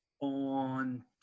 on